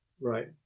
Right